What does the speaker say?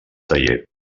taller